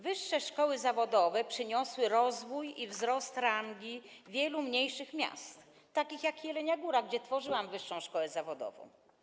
Wyższe szkoły zawodowe przyniosły rozwój i wzrost rangi wielu mniejszych miast, takich jak Jelenia Góra, gdzie tworzyłam wyższą szkołę zawodową.